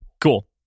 Cool